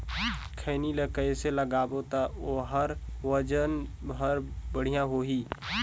खैनी ला कइसे लगाबो ता ओहार वजन हर बेडिया होही?